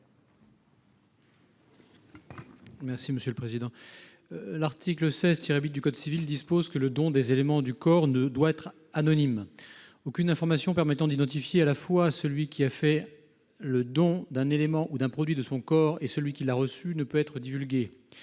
M. Sébastien Meurant. L'article 16-8 du code civil dispose que le don des éléments du corps doit être anonyme :« Aucune information permettant d'identifier à la fois celui qui a fait don d'un élément ou d'un produit de son corps et celui qui l'a reçu ne peut être divulguée.